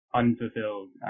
unfulfilled